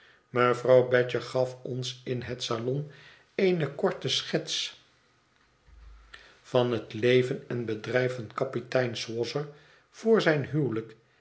mevrouw badger gaf ons in het salon eene korte schets van het leven en bedrijf van kapitein swosser vr zijn